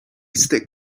stick